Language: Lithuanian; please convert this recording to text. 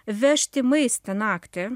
vežti maistą naktį